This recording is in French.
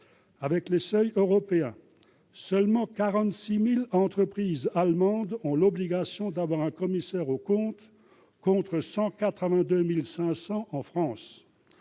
Avec les seuils européens, seulement 46 000 entreprises allemandes ont l'obligation de recourir à un commissaire aux comptes, contre 182 500 en France.